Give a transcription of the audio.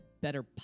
better